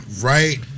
right